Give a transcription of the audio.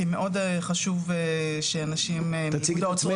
כי מאוד חשוב שנשים -- תציגי את עצמך.